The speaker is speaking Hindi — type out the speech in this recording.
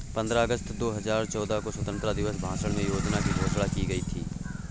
पन्द्रह अगस्त दो हजार चौदह को स्वतंत्रता दिवस भाषण में योजना की घोषणा की गयी थी